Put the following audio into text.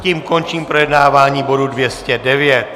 Tím končím projednávání bodu 209.